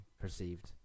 perceived